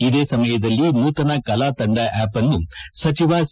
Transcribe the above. ಇದೇ ಸಮಯದಲ್ಲಿ ನೂತನ ಕಲಾತಂಡ ಆ್ಯಪ್ನ್ನು ಸಚಿವ ಸಿ